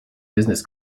business